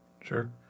Sure